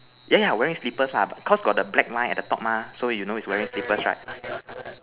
yeah yeah wearing slippers lah cause got the black line at the top mah so you know is wearing slippers right